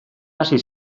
hasi